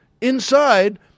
inside